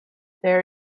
there